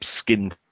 skin